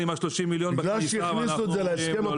עם ה-30 מיליון בכניסה ואנחנו אומרים לו לא.